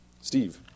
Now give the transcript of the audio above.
Steve